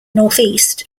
northeast